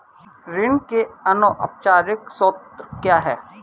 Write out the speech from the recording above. ऋण के अनौपचारिक स्रोत क्या हैं?